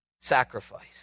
sacrifice